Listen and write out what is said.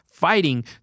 fighting